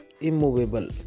Immovable